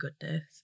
goodness